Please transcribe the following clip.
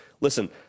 Listen